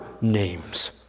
names